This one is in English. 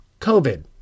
covid